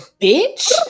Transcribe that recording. bitch